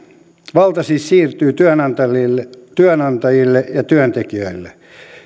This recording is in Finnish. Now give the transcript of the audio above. valta siis siirtyy työnantajille työnantajille ja työntekijöille